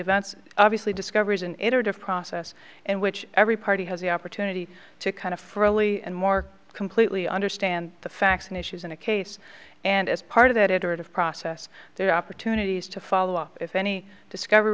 events obviously discovers an iterative process and which every party has the opportunity to kind of freely and more completely understand the facts and issues in a case and as part of that iterative process there are opportunities to follow up if any discovery